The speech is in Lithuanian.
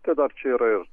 tai dar čia yra ir